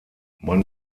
man